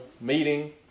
meeting